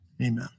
Amen